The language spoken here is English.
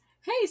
Hey